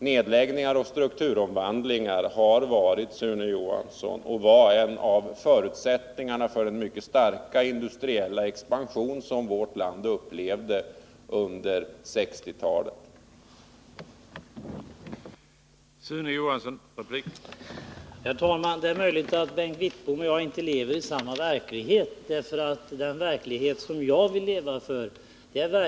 Nedläggning och strukturomvandling har varit, Sune Johansson, en av förutsättningarna för den mycket starka industriella expansion som vårt land upplevde under 1960-talet.